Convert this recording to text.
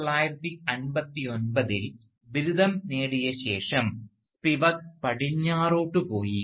1959 ൽ ബിരുദം നേടിയ ശേഷം സ്പിവക് പടിഞ്ഞാറോട്ട് പോയി